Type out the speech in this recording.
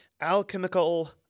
alchemical